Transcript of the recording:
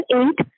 eight